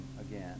again